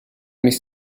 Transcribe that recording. mis